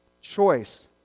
choice